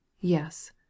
Yes